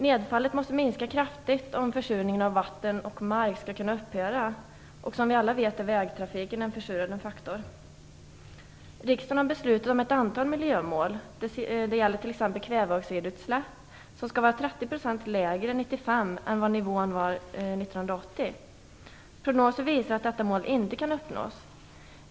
Nedfallet måste minska kraftigt om försurningen av vatten och mark skall kunna upphöra. Som vi alla vet är vägtrafiken en försurande faktor. Riksdagen har beslutat om ett antal miljömål. Det gäller t.ex. kväveoxidutsläppen, som 1995 skall vara 30 % mindre än vad de var 1980. Prognoser visar att detta mål inte kan uppnås.